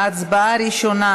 ההצבעה הראשונה,